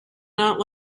not